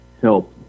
help